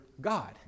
God